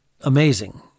amazing